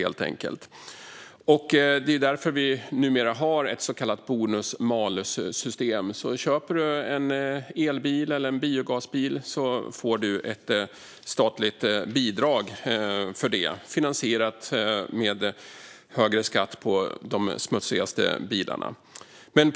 Det är därför som vi numera har ett så kallat bonus-malus-system. Köper man en elbil eller en biogasbil får man ett statligt bidrag finansierat genom högre skatt på de bilar som smutsar ned mest.